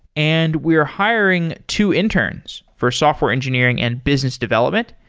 and we're hiring two interns for software engineering and business development.